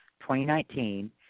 2019